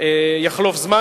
יחלוף זמן.